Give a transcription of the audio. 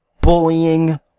bullying